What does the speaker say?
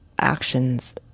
actions